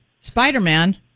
Spider-Man